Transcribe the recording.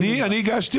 אני מסכים,